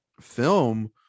film